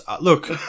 Look